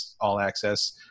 all-access